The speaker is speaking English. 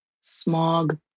smog